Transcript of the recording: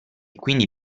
quindi